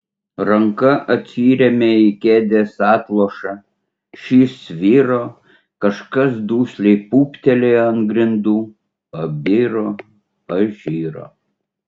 ranka atsirėmė į kėdės atlošą šis sviro kažkas dusliai pūptelėjo ant grindų pabiro pažiro